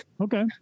Okay